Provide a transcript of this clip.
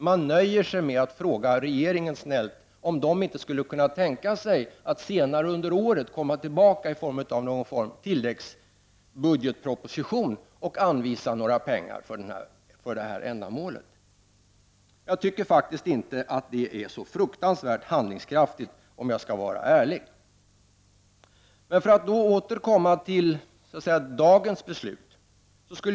Man nöjer sig med att fråga regeringen om den inte skulle kunna tänka sig att senare under året komma tillbaka med någon form av tilläggsproposition och anvisa pengar för ändamålet. Jag tycker faktiskt inte att det är så fruktansvärt handlingskraftigt — om jag skall vara ärlig. Jag går då tillbaka till dagens beslut.